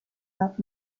not